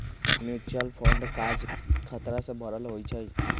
mutual fund काज़ खतरा से भरल होइ छइ